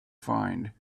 find